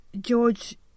George